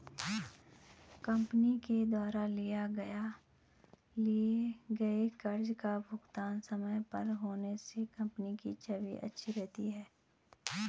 company के द्वारा लिए गए कर्ज का भुगतान समय पर होने से कंपनी की छवि अच्छी रहती है